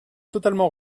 totalement